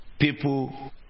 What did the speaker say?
people